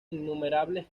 innumerables